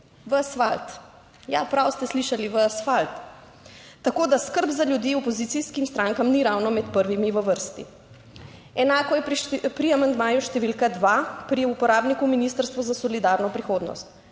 v asfalt. Ja, prav ste slišali, v asfalt. Tako da skrb za ljudi opozicijskim strankam ni ravno med prvimi v vrsti. Enako je pri amandmaju številka dva, pri uporabniku Ministrstva za solidarno prihodnost,